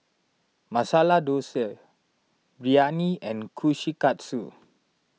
Masala Dosa Biryani and Kushikatsu